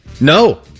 No